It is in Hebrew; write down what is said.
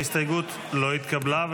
ההסתייגות לא התקבלה.